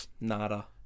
Nada